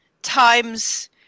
times